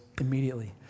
immediately